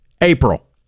April